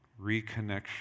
reconnection